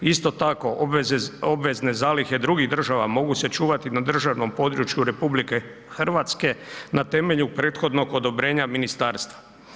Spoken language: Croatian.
Isto tako obvezne zalihe drugih država mogu se čuvati na državnom području RH na temelju prethodnog odobrenja ministarstva.